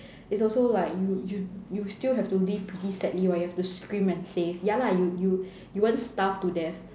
is also like you you you still have to live pretty sadly while you have to scrim and save ya lah you you you won't starve to death